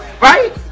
Right